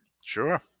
Sure